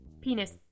Penis